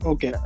Okay